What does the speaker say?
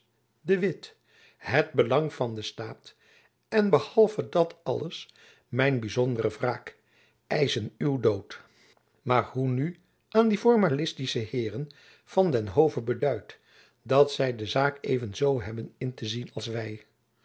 de witt het belang van den staat en boven en behalve dat alles mijn byzondere wraak eischen uw dood maar hoe nu aan die formalistische heeren van den hove beduid dat zy de zaak even zoo hebben in te zien als wy